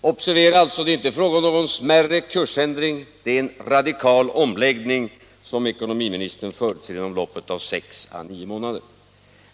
Observera alltså att det inte är fråga om någon smärre kursändring — det är en radikal omläggning som ekonominiministern förutser inom loppet av sex å nio månader.